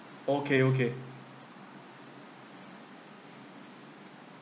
okay okay